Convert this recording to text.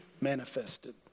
manifested